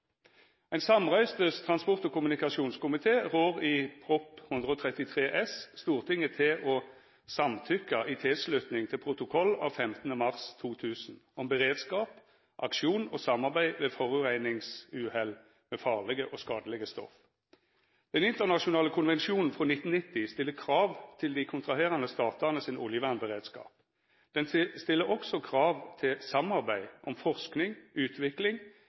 Ein samrøystes transport- og kommunikasjonskomité rår i Prop. 133 S for 2010–2011 Stortinget til å samtykkja i tilslutning til protokoll av 15. mars 2000 om beredskap, aksjon og samarbeid ved forureiningsuhell med farlege og skadelege stoff. Den internasjonale konvensjonen frå 1990 stiller krav til dei kontraherande statane sin oljevernberedskap. Konvensjonen stiller også krav til samarbeid om forsking, utvikling,